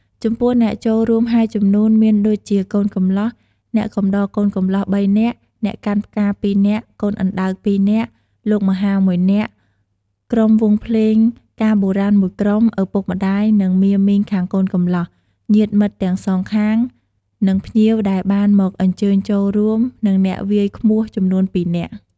ចំពោះអ្នកចូលរួមហែជំនូនមានដូចជាកូនកំលោះ ,អ្នកកំដរកូនកំលោះ ៣នាក់, អ្នកកាន់ផ្កា ២នាក់ ,កូនអណ្តើក ២នាក់ ,លោកមហា ១នាក់ ,ក្រុមវង់ភ្លេងការបុរាណ១ក្រុម ,ឪពុកម្តាយ និងមាមីងខាងកូនកំលោះ ញាតិមិត្តទាំងសងខាង និងភ្ញៀវដែលបានមកអញ្ជើញចូលរួម និងអ្នកវាយឃ្មោះចំនួន២នាក់។